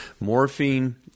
morphine